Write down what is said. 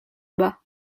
bas